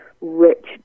rich